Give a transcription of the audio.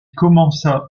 commença